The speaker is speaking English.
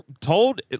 told